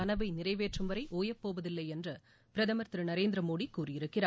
கனவை நிறைவேற்றும் வரை ஆயப்போவதில்லை என்று பிரதமர் திரு நரேந்திர மோடி கூறியிருக்கிறார்